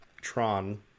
tron